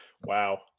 Wow